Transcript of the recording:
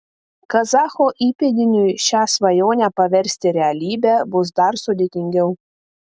kazacho įpėdiniui šią svajonę paversti realybe bus dar sudėtingiau